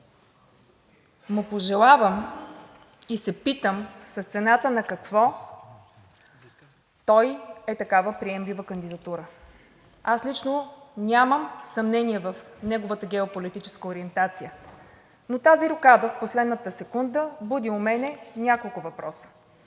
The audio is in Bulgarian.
му пожелавам и се питам с цената на какво той е такава приемлива кандидатура. Аз лично нямам съмнения в неговата геополитическа ориентация, но тази рокада в последната секунда буди у мен няколко въпроса.